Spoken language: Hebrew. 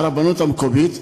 והרבנות המקומית.